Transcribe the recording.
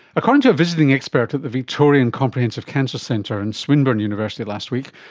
according to a visiting expert at the victorian comprehensive cancer centre in swinburne university last week,